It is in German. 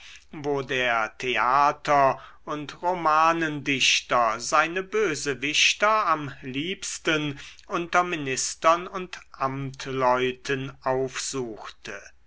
wo der theater und romanendichter seine bösewichter am liebsten unter ministern und amtleuten aufsuchte